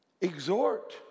Exhort